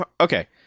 okay